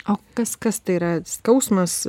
o kas kas tai yra skausmas